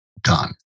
done